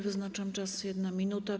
Wyznaczam czas - 1 minuta.